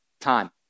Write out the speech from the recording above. Time